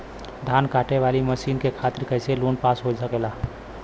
धान कांटेवाली मशीन के खातीर कैसे लोन पास हो सकेला?